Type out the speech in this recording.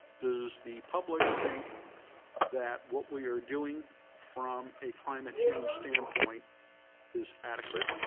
does the public think that what we are doing from a climate change standpoint is adequate